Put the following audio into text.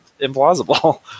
implausible